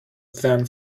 than